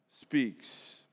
speaks